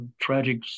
tragic